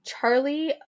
Charlie